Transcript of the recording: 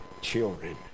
children